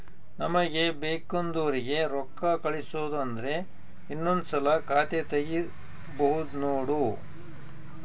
ನಮಗೆ ಬೇಕೆಂದೋರಿಗೆ ರೋಕ್ಕಾ ಕಳಿಸಬೇಕು ಅಂದ್ರೆ ಇನ್ನೊಂದ್ಸಲ ಖಾತೆ ತಿಗಿಬಹ್ದ್ನೋಡು